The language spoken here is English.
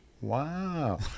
wow